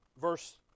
verse